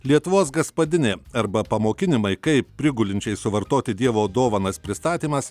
lietuvos gaspadinė arba pamokinimai kaip prigulinčiai suvartoti dievo dovanas pristatymas